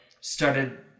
started